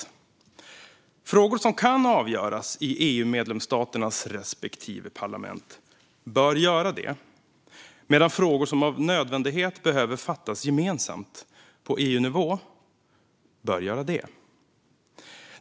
När det gäller frågor som kan avgöras i EU-medlemsstaternas respektive parlament bör det göras, medan man när det gäller frågor som av nödvändighet behöver fattas beslut om gemensamt på EU-nivå bör göra det.